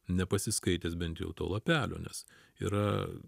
nepasiskaitęs bent jau to lapelio nes yra